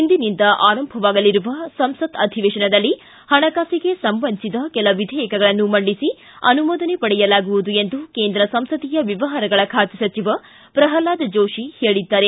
ಇಂದಿನಿಂದ ಆರಂಭವಾಗಲಿರುವ ಸಂಸತ್ ಅಧಿವೇಶನದಲ್ಲಿ ಹಣಕಾಸಿಗೆ ಸಂಬಂಧಿಸಿದ ಕೆಲ ವಿಧೇಯಕಗಳನ್ನು ಮಂಡಿಸಿ ಅನುಮೋದನೆ ಪಡೆಯಲಾಗುವುದು ಎಂದು ಕೇಂದ್ರ ಸಂಸದೀಯ ಮ್ಯವಹಾರಗಳ ಖಾತೆ ಸಚಿವ ಪ್ರಹ್ಲಾದ್ ಜೋತಿ ಹೇಳಿದ್ದಾರೆ